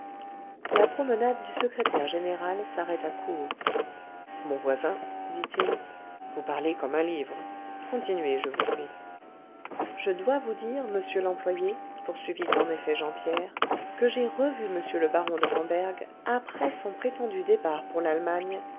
la promenade du secrétaire général s'arrêta court mon voisin dit-il vous parlez comme un livre continuez je vous prie je dois vous dire monsieur l'employé poursuivit en effet jean pierre que j'ai revu m le baron de ramberg après son prétendu départ pour l'allemagne